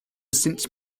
since